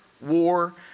war